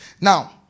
Now